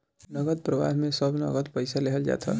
नगद प्रवाह में सब नगद पईसा लेहल जात हअ